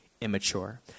immature